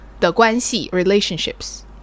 的关系,relationships